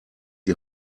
die